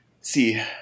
see